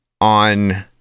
on